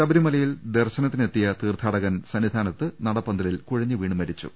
ശബരിമലയിൽ ദർശനത്തിനെത്തിയ തീർത്ഥാടകൻ സന്നിധാ നത്ത് നടപന്തലിൽ കുഴഞ്ഞുവീണ് മരിച്ചു